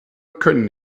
können